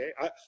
okay